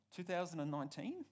2019